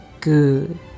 good